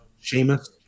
sheamus